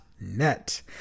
net